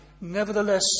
Nevertheless